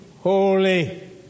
holy